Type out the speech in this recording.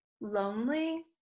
lonely